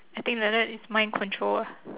I think like that is mind control ah